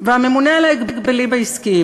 והממונה על ההגבלים העסקיים,